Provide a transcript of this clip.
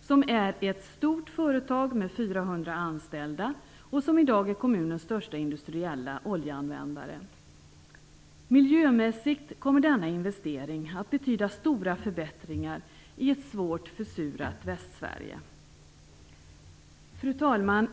som är ett stort företag med 400 anställda och som i dag är kommunens största industriella oljeanvändare. Miljömässigt kommer denna investering att betyda stora förbättringar i ett svårt försurat västsverige. Fru talman!